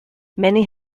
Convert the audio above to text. many